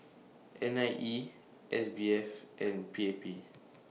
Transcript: N I E S B F and P A P